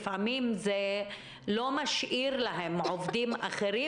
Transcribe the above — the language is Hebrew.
לפעמים זה לא משאיר להם עובדים אחרים